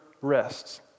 rests